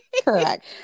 Correct